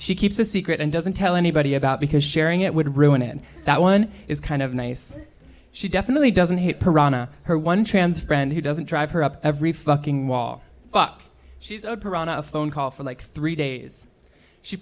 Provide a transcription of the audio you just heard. she keeps a secret and doesn't tell anybody about because sharing it would ruin it that one is kind of nice she definitely doesn't hate purana her one trans friend who doesn't drive her up every fucking wall fuck she's a purana phone call for like three days she